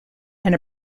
and